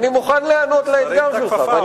אני מוכן להיענות לאתגר שלך.